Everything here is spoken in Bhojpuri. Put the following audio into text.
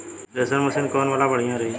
थ्रेशर मशीन कौन वाला बढ़िया रही?